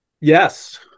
Yes